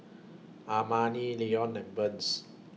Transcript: Amani Lenon and Burns